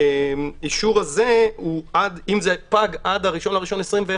האישור הזה, אם זה פג עד ה-1 בינואר 2021,